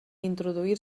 introduir